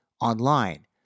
online